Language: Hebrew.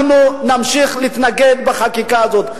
אנחנו נמשיך להתנגד לחקיקה הזאת.